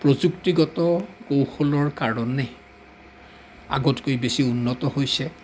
প্ৰযুক্তিগত কৌশলৰ কাৰণে আগতকৈ বেছি উন্নত হৈছে